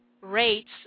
rates